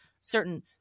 certain